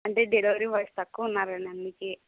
అంటే delivery boys తక్కువ ఉన్నారు అందుకే